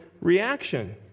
reaction